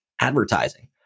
advertising